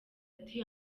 ati